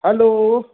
hello